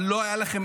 אבל לא הייתה לכם